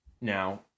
Now